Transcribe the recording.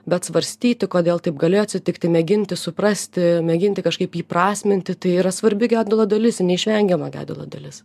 bet svarstyti kodėl taip galėjo atsitikti mėginti suprasti mėginti kažkaip įprasminti tai yra svarbi gedulo dalis ji neišvengiama gedulo dalis